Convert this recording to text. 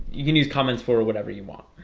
you can use comments for whatever you want